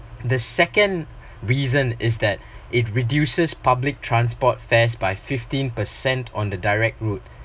the second reason is that it reduces public transport fares by fifteen percent on the direct route